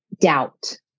doubt